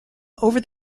over